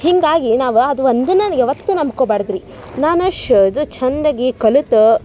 ಹೀಗಾಗಿ ನಾವು ಅದು ಒಂದು ನಾನು ಯಾವತ್ತು ನಂಬ್ಕೊಬಾರ್ದು ರೀ ನಾನು ಶ್ ಇದು ಚಂದಗಿ ಕಲತ